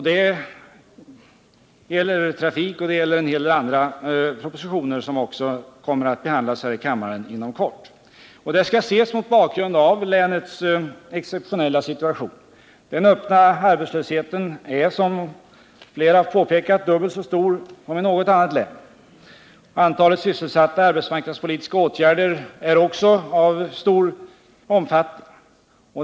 Det gäller trafikpropositionen och en hel del andra propositioner som också kommer att behandlas här i kammaren inom kort. Detta skall ses mot bakgrund av länets exceptionella situation. Den öppna arbetslösheten är, som flera talare har påpekat, dubbelt så stor som i något annat län. Antalet sysselsatta i arbetsmarknadspolitiska åtgärder är också stort.